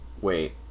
wait